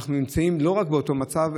אנחנו נמצאים לא רק באותו מצב,